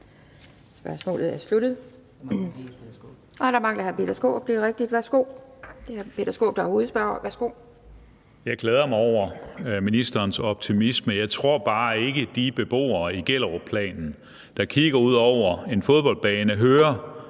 Jeg glæder mig over ministerens optimisme. Jeg tror bare ikke, at de beboere i Gellerupplanen, der kigger ud over en fodboldbane og hører